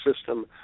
system